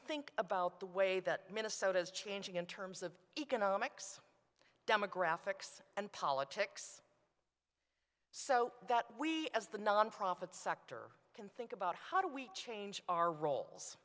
think about the way that minnesota's changing in terms of economics demographics and politics so that we as the nonprofit sector can think about how do we change our rol